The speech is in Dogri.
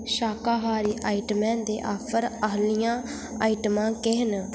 शाकाहारी आइटमें दे आफर आह्लियां आइटमां केह् न